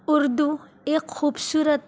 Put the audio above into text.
اردو ایک خوبصورت